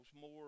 more